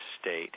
state